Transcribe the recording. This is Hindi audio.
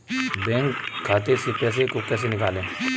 बैंक खाते से पैसे को कैसे निकालें?